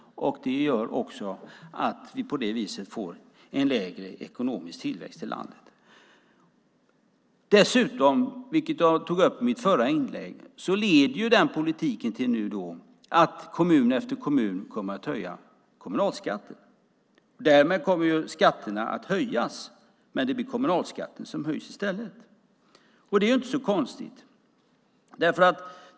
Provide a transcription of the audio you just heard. Det gör också att vi får lägre ekonomisk tillväxt i landet. Dessutom leder denna politik till att kommun efter kommun kommer att höja kommunalskatten, vilket jag tog upp i mitt förra inlägg. Därmed kommer skatterna att höjas, men det blir kommunalskatten som höjs i stället. Och det är inte så konstigt.